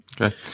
okay